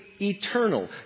eternal